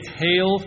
hail